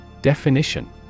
Definition